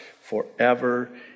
forever